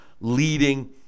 leading